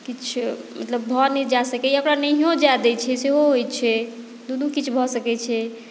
किछु मतलब भऽ नहि जा सकैए ओकरा नहियो जाए दैत छै सेहो होइत छै दुनू किछु भऽ सकैत छै